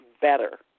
better